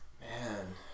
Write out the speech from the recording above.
Man